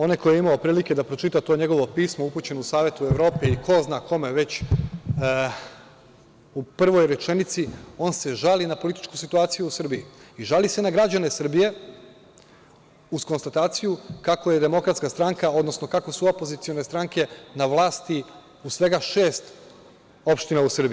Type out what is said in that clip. Onaj ko je imao prilike da pročita to njegovo pismo upućeno Savetu Evrope i ko zna kome već, u prvoj rečenici on se žali na političku situaciju u Srbiji i žali se na građane Srbije uz konstataciju kako je DS, odnosno kako su opozicione stranke na vlasti u svega šest opština u Srbiji.